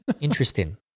Interesting